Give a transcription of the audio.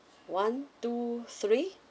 one two three